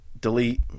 delete